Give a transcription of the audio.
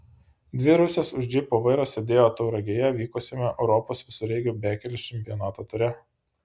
dvi rusės už džipo vairo sėdėjo tauragėje vykusiame europos visureigių bekelės čempionato ture